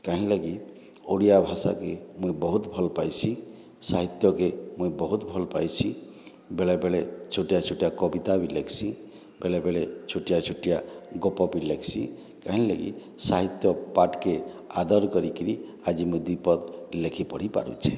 କାହିଁଲାଗି ଓଡ଼ିଆ ଭାଷାକୁ ମୁଁ ବହୁତ ଭଲ ପାଇସି ସାହିତ୍ୟକୁ ମୁଁ ବହୁତ ଭଲ ପାଇସି ବେଳେବେଳେ ଛୋଟିଆ ଛୋଟିଆ କବିତା ବି ଲେଖ୍ସି ବେଳେ ବେଳେ ଛୋଟିଆ ଛୋଟିଆ ଗପ ବି ଲେଖ୍ସି କାହିଁଲାଗି ସାହିତ୍ୟ ପାଠକୁ ଆଦର କରିକରି ଆଜି ମୁଁ ଦୁଇ ପଦ ଲେଖିପଢ଼ିପାରୁଛି